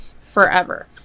Forever